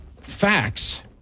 facts